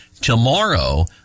tomorrow